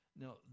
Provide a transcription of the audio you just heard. Now